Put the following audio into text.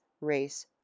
race